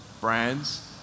brands